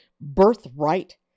birthright